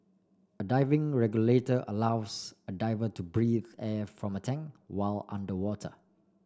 a diving regulator allows a diver to breathe air from a tank while underwater